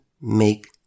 make